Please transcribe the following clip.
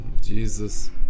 Jesus